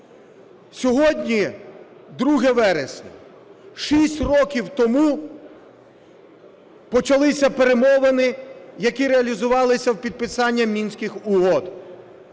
Сьогодні 2 вересня. 6 років тому почалися перемовини, які реалізувалися у підписання Мінських угод.